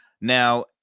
Now